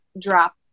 drop